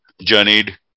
journeyed